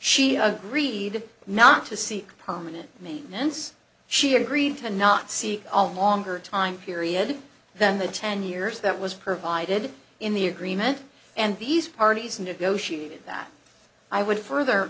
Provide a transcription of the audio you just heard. she agreed not to seek permanent maintenance she agreed to not see a longer time period than the ten years that was provided in the agreement and these parties negotiated that i would further